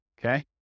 okay